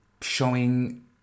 showing